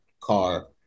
car